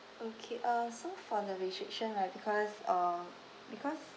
okay uh so for the restrictions right because uh because